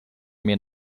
mean